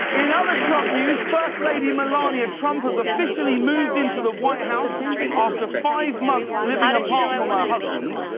in other trump news, first lady melania trump was officially moved into the white house after five months living apart from her husband.